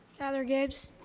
tyler gibbs.